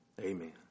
amen